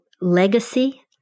legacy